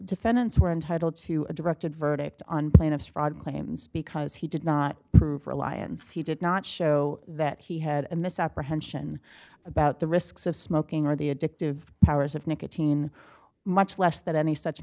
defendants were entitled to a directed verdict on plaintiff's fraud claims because he did not prove reliance he did not show that he had a misapprehension about the risks of smoking or the addictive powers of nicotine much less that any such